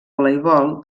voleibol